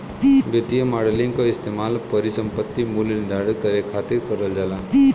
वित्तीय मॉडलिंग क इस्तेमाल परिसंपत्ति मूल्य निर्धारण करे खातिर करल जाला